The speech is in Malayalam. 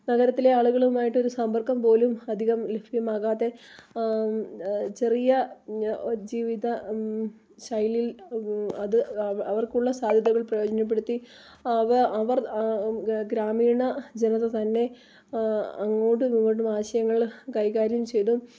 നഗരത്തിലെ ആളുകളുമായിട്ട് ഒരു സമ്പർക്കം പോലും അധികം ലഭ്യമാകാതെ ചെറിയ ജീവിത ശൈലിയിൽ അത് അവർക്കുള്ള സാധ്യതകൾ പ്രയോജനപ്പെടുത്തി അവ അവർ ഗ്രാമീണ ജനത തന്നെ അങ്ങോട്ടും ഇങ്ങോട്ടും ആശയങ്ങൾ കൈകാര്യം ചെയ്തും